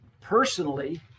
personally